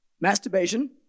masturbation